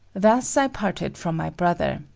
thus i parted from my brother,